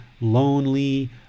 lonely